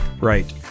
right